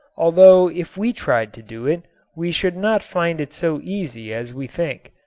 although if we tried to do it we should not find it so easy as we think.